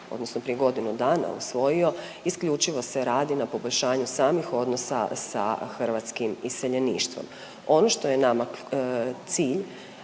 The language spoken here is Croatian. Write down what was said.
odnosno prije godinu dana usvojio, isključivo se radi na poboljšanju samih odnosa sa hrvatskim iseljeništvo. Ono što je nama cilj